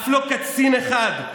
אף לא קצין אחד,